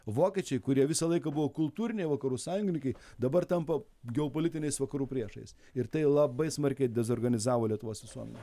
vokiečiai kurie visą laiką buvo kultūriniai vakarų sąjungininkai dabar tampa geopolitiniais vakarų priešais ir tai labai smarkiai dezorganizavo lietuvos visuomenę